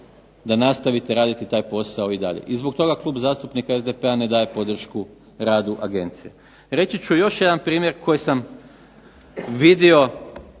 da nastavite raditi taj posao i dalje. I zbog toga Klub zastupnika SDP-a ne daje podršku radu agencije. Reći ću još jedan primjer koji sam vidio